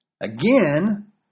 again